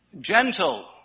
Gentle